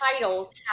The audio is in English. titles